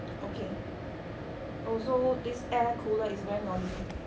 okay also this air cooler is very noisy